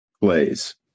plays